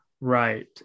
Right